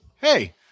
Hey